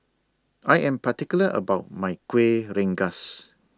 I Am particular about My Kueh Rengas